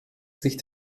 sich